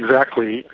exactly.